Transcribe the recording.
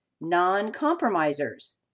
non-compromisers